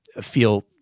feel